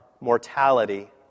mortality